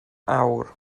awr